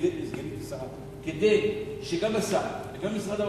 סגנית השר, כדי שגם השר וגם משרד האוצר,